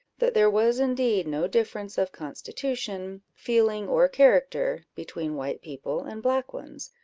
that there was indeed no difference of constitution, feeling, or character, between white people and black ones,